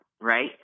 right